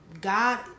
God